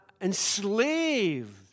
enslaved